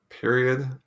Period